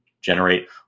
generate